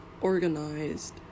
organized